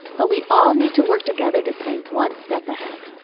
but we all need to work together to stay one step ahead.